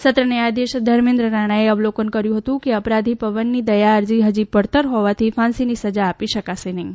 સત્ર ન્યાયાધી ધરમેન્દ્ર રાણાએ અવલોકન કર્યું હતું કે અપરાધી પવનની દયા અરજી ફજી પડતર હોવાથી ફાંસીની સજા આપી શકાશે નહીં